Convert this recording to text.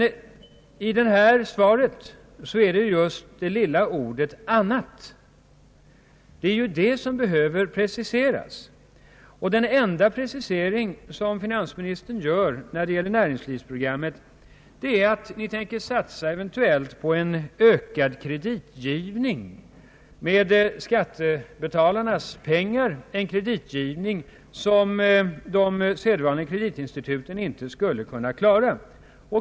I finansministerns svar är det just det lilla ordet »annat» som behöver preciseras. Den enda precisering som finansministern gör när det gäller näringslivsprogrammet är att förklara att regeringen eventuellt tänker satsa på en ökad kreditgivning med skattebetalarnas pengar, en kreditgivning som de sedvanliga kreditinstituten inte skulle kunna klara.